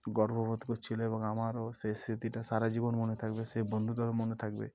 গর্ববোধ করছিল এবং আমারও সেই স্মৃতিটা সারা জীবন মনে থাকবে সেই বন্ধুটার মনে থাকবে